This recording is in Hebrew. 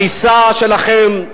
הדריסה שלכם,